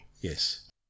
Yes